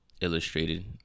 illustrated